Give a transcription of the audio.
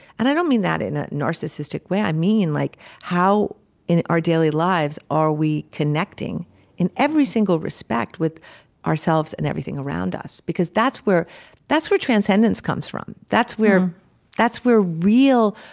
and i don't mean that in a narcissistic way. i mean like how in our daily lives are we connecting in every single respect with ourselves and everything around us because that's where that's where transcendence comes from. that's where that's where real